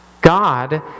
God